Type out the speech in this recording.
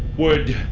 would.